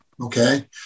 Okay